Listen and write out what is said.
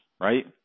right